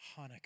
Hanukkah